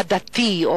הדתי,